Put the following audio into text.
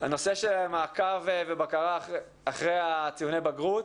הנושא של מעקב ובקרה אחרי הציוני בגרות,